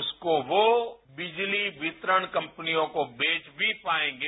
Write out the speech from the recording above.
उसको वो बिजली वितरण कंपनियों को बेव भी पाएंगे